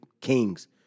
Kings